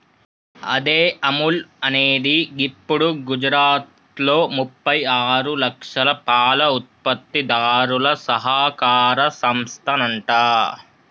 అదే అముల్ అనేది గిప్పుడు గుజరాత్లో ముప్పై ఆరు లక్షల పాల ఉత్పత్తిదారుల సహకార సంస్థనంట